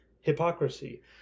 hypocrisy